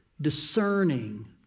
Discerning